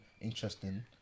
interesting